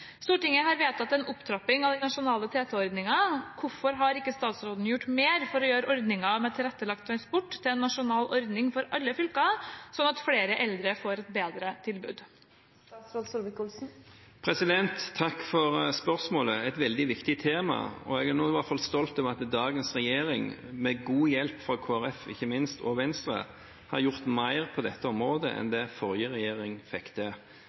Stortinget har vedtatt en opptrapping av den nasjonale TT-ordningen. Hvorfor har ikke statsråden gjort mer for å gjøre ordningen med tilrettelagt transport til en nasjonal ordning for alle fylkene slik at flere eldre får et bedre tilbud?» Takk for spørsmålet. Det er et veldig viktig tema, og jeg er i hvert fall stolt av at dagens regjering med god hjelp fra Kristelig Folkeparti – ikke minst – og Venstre har gjort mer på dette området enn det forrige regjering fikk til.